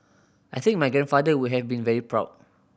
I think my grandfather would have been very proud